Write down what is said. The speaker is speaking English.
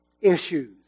issues